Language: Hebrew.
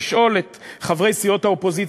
אני מציע לשאול את חברי סיעות האופוזיציה,